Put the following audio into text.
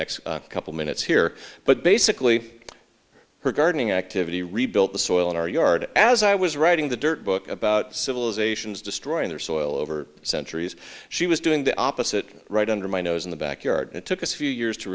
next couple minutes here but basically her gardening activity rebuilt the soil in our yard as i was writing the dirt book about civilizations destroying their soil over centuries she was doing the opposite right under my nose in the backyard it took a few years to